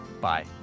Bye